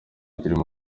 kirimo